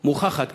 מוכחת קלינית: